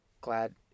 glad